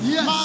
Yes